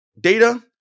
data